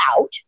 out